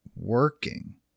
working